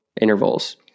intervals